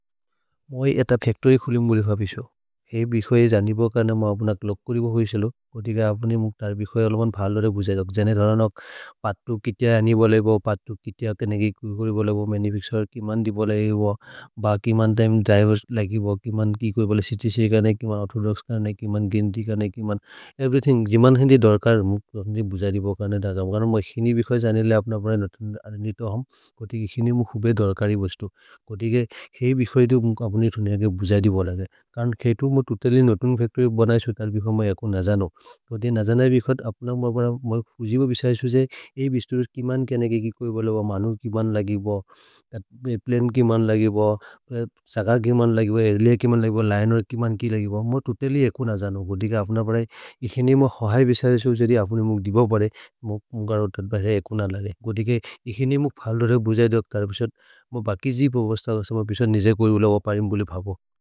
मोइ एत फच्तोर्य् खुलिम् बुलि खविसो, हेइ बिखोये जानिबु कर्ने म अप्न क्लोक्करिबु होइ सेलो। कोतिके अप्नि मुक्तर् बिखोये अलुबन् भलोरे भुज जौक्, जने धरनक् पतु कितिय अनि बोलेबो। पतु कितिय के नेगि कुकुरि बोलेबो, मनुफच्तुरे के मन् दि बोलेबो, ब के मन् तिमे द्रिवेर् लगिबो। के मन् कि कोइ बोले च्त्च् क नै, के मन् ओर्थोदोक्स् क नै, के मन् गिन्ति क नै, के मन् एवेर्य्थिन्ग्। जिमन् हिन्दि धर्कर् मुक्तर् भुज जिबु कर्ने द जौक्, कर्ने मोइ हिनि बिखोये जानिबु अप्न प्रए नतन्दरनि तोहम्। कोतिके हिनि मुखुबे धर्करि भुस्तु, कोतिके हेइ बिखोये जौब् अप्नि दुनिय के भुजै दि बोलेबो। कर्ने हेइ तुतेलि नतन् फच्तोर्य् बनैसो, तल् बिखोये मोइ एकु न जानो, तुतेलि न जानै बिखोये। अप्न मोइ फुजिब बिशयेसु जए, हेइ बिशयेसु कि मन् के नेगि कोइ बोलेबो, मनुर् कि मन् लगिबो। प्लने कि मन् लगिबो, सगर् कि मन् लगिबो, ऐर्लयेर् कि मन् लगिबो, लिनेर् कि मन् लगिबो, मोइ तुतेलि एकु न जानो। कोतिके अप्न प्रए इखेनि मोइ हहै बिशयेसु जौब् अप्नि मुक्त् दि बोलेबो, मोक्कर् ओर्थोदोक्स् भैसे एकु न लगिबो। कोतिके इखेनि मुख् फल् दोहे भुजै देओ, कर् बिशयेसु, मोइ बकि जि भोबस्त बिशयेसु। मोइ बिशयेसु निजे कोइ उलब परेम् बोले भबो।